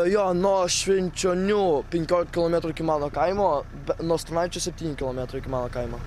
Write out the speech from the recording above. jo nuo švenčionių penkiolika kilometrų iki mano kaimo nuo stanaičio septyni kilometrai iki mano kaimo